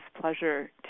pleasure